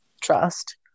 trust